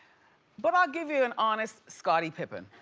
but i'll give you an honest scottie pippen.